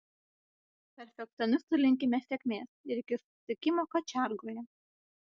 perfekcionistui linkime sėkmės ir iki susitikimo kačiargoje